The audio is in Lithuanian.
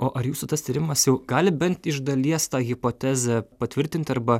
o ar jūsų tas tyrimas jau gali bent iš dalies tą hipotezę patvirtint arba